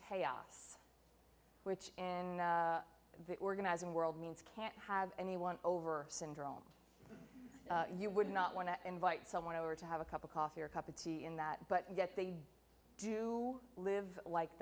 chaos which in the organizing world means can't have anyone over syndrome you would not want to invite someone over to have a cup of coffee or a cup of tea in that but yet they do live like